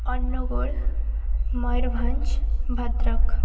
Angul Mayurbhanj Bhadrak